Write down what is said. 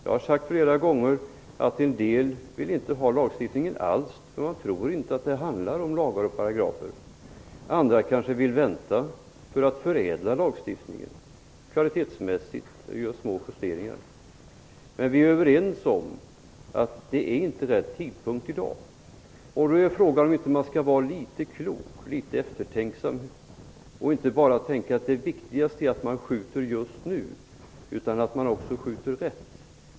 Jag har flera gånger sagt att en del inte alls vill ha lagstiftning, därför att de tror att det inte handlar om lagar och paragrafer. Andra kanske vill vänta för att förädla lagstiftningen kvalitetsmässigt, göra små justeringar. Vi är överens om att det inte är rätt tidpunkt i dag. Frågan är om man inte skall vara litet eftertänksam och inte bara tänka att det viktigaste är att man skjuter just nu, utan att man också skjuter rätt.